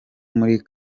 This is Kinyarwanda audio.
muri